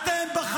אתם מונעים גינוי.